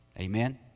Amen